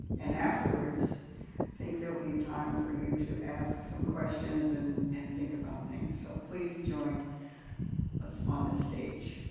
and afterwards, i think there will be time for you to ask some questions and and think about things. so please join us on the stage.